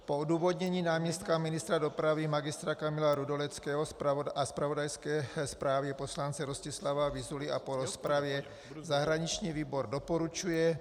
Po odůvodnění náměstka ministra dopravy Mgr. Kamila Rudoleckého a zpravodajské zprávě poslance Rostislava Vyzuly a po rozpravě zahraniční výbor doporučuje